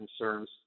concerns